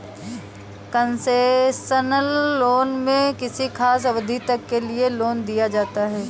concessional loan में किसी खास अवधि तक के लिए लोन दिया जाता है